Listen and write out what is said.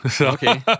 Okay